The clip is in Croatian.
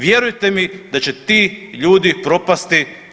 Vjerujte mi da će ti ljudi propasti.